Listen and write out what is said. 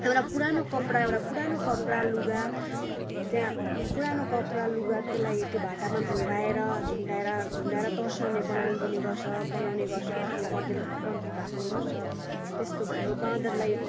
एउटा पुरानो कपडा एउटा पुरानो कपडा लुगा त्यहाँ पुरानो कपडा लुगा त्यसलाई त्यो भाटामा झुन्ड्याएर झुन्ड्याएर झुन्ड्याएर तर्साउने बनाइदिने गर्छ बनाउने गर्छ अनि बँदेल बँदेल भाग्ने गर्छ त्यस्तो भयो बाँदरलाई